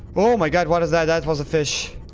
oh my god! what is that? that was a fish.